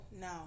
No